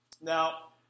Now